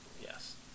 yes